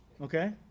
Okay